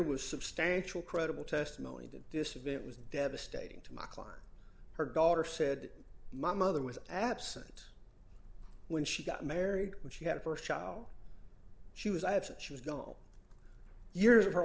was substantial credible testimony that this event was devastating to my client her daughter said my mother was absent when she got married when she had a st child she was absent she was gone years of her